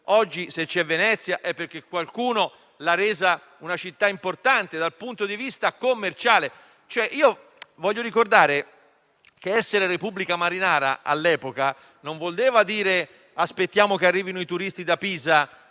i canali e perché qualcuno l'ha resa una città importante dal punto di vista commerciale. Voglio ricordare che essere Repubblica marinara all'epoca non voleva dire: aspettiamo che arrivino i turisti da Pisa